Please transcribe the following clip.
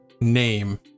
name